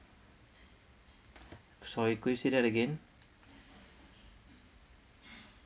sorry could you say that again